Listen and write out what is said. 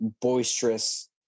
boisterous